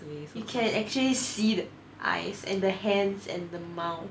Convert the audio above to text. you can actually see the eyes and the hands and the mouth